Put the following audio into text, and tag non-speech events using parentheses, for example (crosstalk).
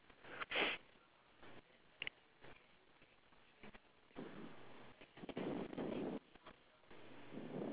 (noise)